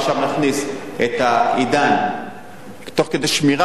עכשיו נכניס את ה"עידן" תוך כדי שמירה,